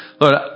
Lord